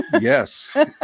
Yes